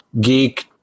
geek